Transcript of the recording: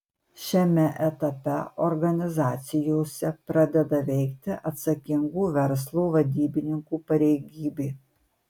šiame etape organizacijose pradeda veikti atsakingų verslo vadybininkų pareigybė